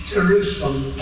Jerusalem